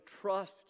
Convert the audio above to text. trust